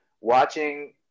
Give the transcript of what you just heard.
watching